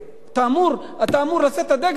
אתה אמור לשאת את הדגל הזה,